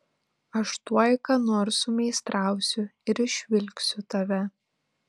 aš tuoj ką nors sumeistrausiu ir išvilksiu tave